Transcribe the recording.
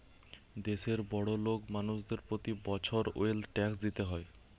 দেশের বড়োলোক মানুষদের প্রতি বছর ওয়েলথ ট্যাক্স দিতে হয়